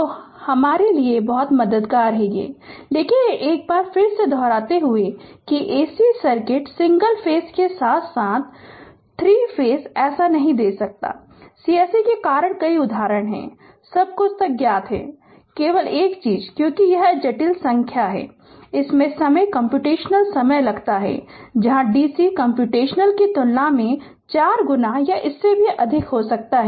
तो यह हमारे लिए बहुत मददगार है ये लेकिन एक बार फिर से दोहराते हुए कि AC सर्किट सिंगल फेज के साथ साथ 3 फेज ऐसा नहीं दे सकता c se के कारण कई उदाहरण सब कुछ अब तक ज्ञात है केवल एक चीज क्योंकि यह जटिल संख्या है इसमें समय कम्प्यूटेशनल समय लगता है यहां DC कम्प्यूटेशनल की तुलना में 4 गुना या इससे भी अधिक हो सकता है